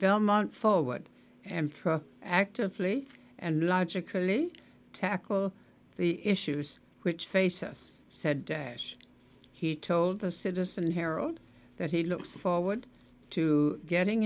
belmont forward and actively and larger clearly tackle the issues which face us said dash he told the citizen herald that he looks forward to getting